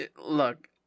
look